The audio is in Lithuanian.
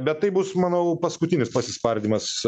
bet tai bus manau paskutinis pasispardymas